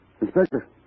Inspector